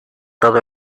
todo